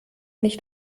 nicht